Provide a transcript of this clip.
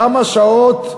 כמה שעות,